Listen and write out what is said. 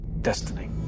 Destiny